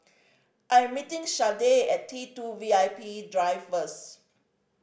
I am meeting Shade at T Two V I P Drive first